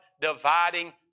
dividing